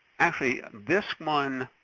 actually this one,